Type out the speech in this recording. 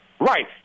Right